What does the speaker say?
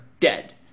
dead